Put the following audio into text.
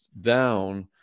down